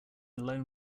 alone